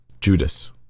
judas